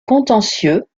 contentieux